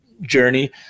journey